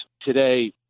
today